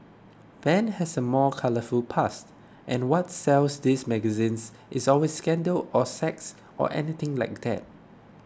ben has a more colourful past and what sells these magazines is always scandal or sex or anything like that